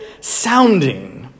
sounding